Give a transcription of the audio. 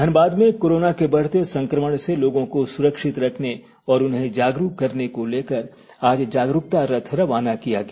धनबाद में कोरोना के बढ़ते संक्रमण से लोगों को सुरक्षित रखने और उन्हें जागरूक करने को लेकर आज जागरूकता रथ रवाना किया गया